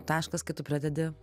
taškas kai tu pradedi